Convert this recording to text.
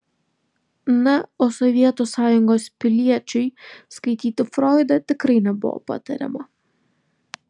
na o sovietų sąjungos piliečiui skaityti froidą tikrai nebuvo patariama